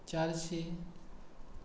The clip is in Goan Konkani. चारशी